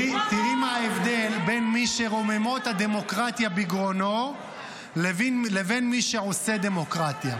תראי מה ההבדל בין מי שרוממות הדמוקרטיה בגרונו לבין מי שעושה דמוקרטיה.